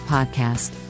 Podcast